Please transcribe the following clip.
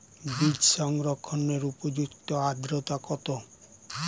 বীজ সংরক্ষণের উপযুক্ত আদ্রতা কত?